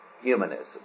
humanism